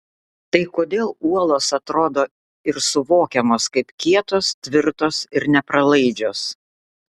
tai kodėl uolos atrodo ir suvokiamos kaip kietos tvirtos ir nepralaidžios